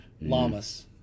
Llamas